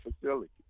facility